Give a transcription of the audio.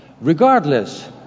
regardless